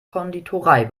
konditorei